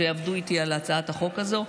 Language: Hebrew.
שעבדו איתי על הצעת החוק הזו,